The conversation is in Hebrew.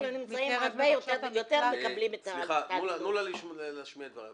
נמצאים במצב יותר --- תנו לה להשמיע את דבריה.